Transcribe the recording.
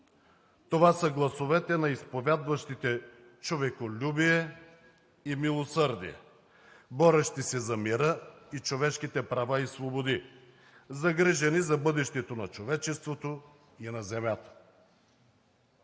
Това са гласовете на изповядващите човеколюбие и милосърдие, борещи се за мира и човешките права и свободи, загрижени за бъдещето на човечеството и на земята.